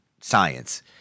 science